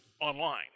online